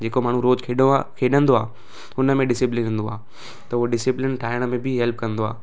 जेको माण्हू रोज़ु खेॾो आहे खेॾंदो आहे हुन में डिसिप्लिन हूंदो आहे त उहा डिसिप्लिन ठाहिण में बि हेल्प कंदो आहे